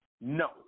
no